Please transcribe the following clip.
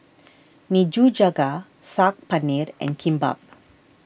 Nikujaga Saag Paneer and Kimbap